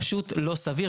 פשוט לא סביר.